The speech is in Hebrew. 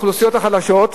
האוכלוסיות החלשות.